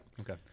okay